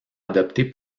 adoptée